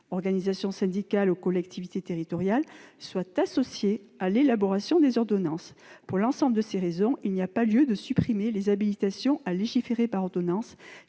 organisations syndicales ou collectivités territoriales, soient associées à l'élaboration des ordonnances. Pour l'ensemble de ces raisons, il n'y a pas lieu de supprimer les habilitations à légiférer par ordonnances,